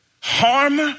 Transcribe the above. harm